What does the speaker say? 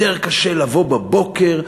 יותר קשה לבוא בבוקר,